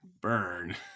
burn